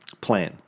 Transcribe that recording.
plan